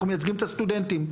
אנחנו מייצגים את הסטודנטים,